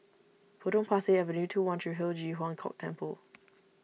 Potong Pasir Avenue two one Tree Hill Ji Huang Kok Temple